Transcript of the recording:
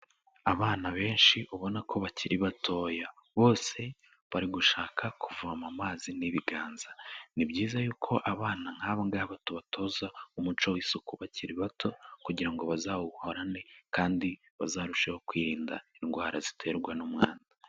Abana benshi ubona ko bakiri batoya bose bari gushaka kuvoma amazi n'ibiganza, ni byiza yuko abana nk'aba ngaba tubatoza umuco w'isuku bakiri bato kugira ngo bazawuhorane kandi bazarusheho kwirinda indwara ziterwa n'umwanda.